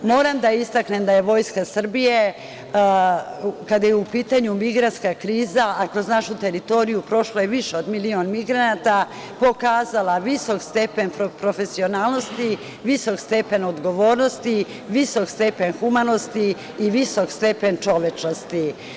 Moram da istaknem da je Vojska Srbije kada je u pitanju migrantska kriza, a kroz našu teritoriju prošlo je više od milion migranata, pokazala visok stepen profesionalnosti, visok stepen odgovornosti, visok stepen humanosti i visok stepen čovečnosti.